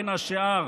בין השאר,